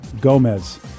Gomez